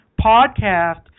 Podcast